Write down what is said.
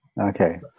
Okay